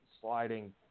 sliding